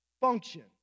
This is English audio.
function